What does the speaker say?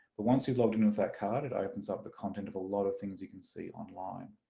but once you've logged in in with that card it opens up the content of a lot of things you can see online.